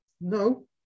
No